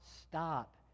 stop